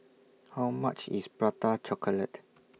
How much IS Prata Chocolate